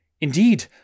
Indeed